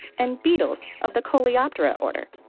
and beetles of the coleoptera order.